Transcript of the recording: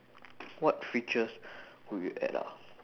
what features would you add ah